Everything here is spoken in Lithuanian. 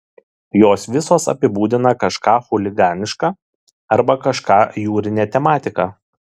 jos visos apibūdina kažką chuliganiška arba kažką jūrine tematika